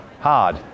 Hard